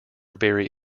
very